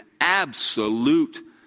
absolute